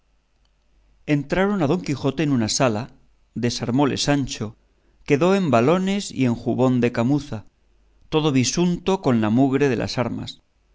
entraron a don quijote en una sala desarmóle sancho quedó en valones y en jubón de camuza todo bisunto con la mugre de las armas